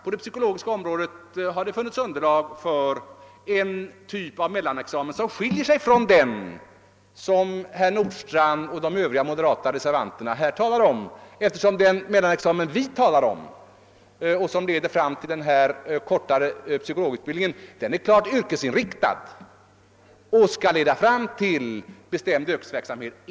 På det psykologiska området har det funnits underlag för en typ av mellanexamen som skiljer sig från den som herr Nordstrandh och de övriga moderata reservanterna pläderar för. Den mellanexamen vi talar om — och som grundas på den kortare psykologutbildningen är nämligen klart yrkesinriktad och skall leda fram till en bestämd yrkesverksamhet.